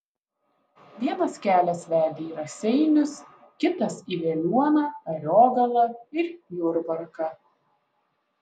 vienas kelias vedė į raseinius kitas į veliuoną ariogalą ir jurbarką